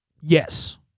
Yes